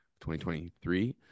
2023